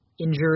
injured